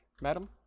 madam